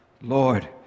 Lord